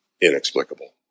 inexplicable